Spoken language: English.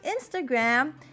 Instagram